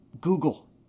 Google